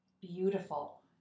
beautiful